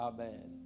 Amen